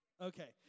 Okay